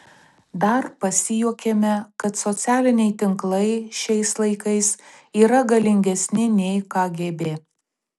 dar pasijuokėme kad socialiniai tinklai šiais laikais yra galingesni nei kgb